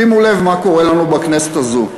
שימו לב מה קורה לנו בכנסת הזאת.